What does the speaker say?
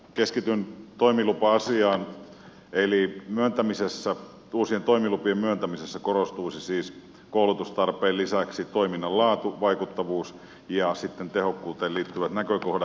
keskityn toimilupa asiaan eli uusien toimilupien myöntämisessä korostuisivat koulutustarpeen lisäksi toiminnan laatu vaikuttavuus ja sitten tehokkuuteen liittyvät näkökohdat